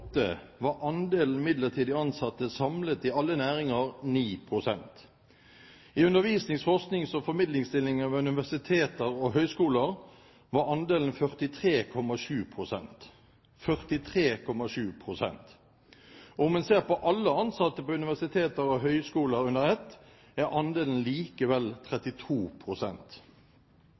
var andelen midlertidig ansatte i alle næringer samlet 9 pst. I undervisnings-, forsknings- og formidlingsstillinger ved universiteter og høyskoler var andelen 43,7 pst. – 43,7 pst.! Om en ser på alle ansatte ved universiteter og høyskoler under ett, er andelen likevel